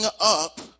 up